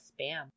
spam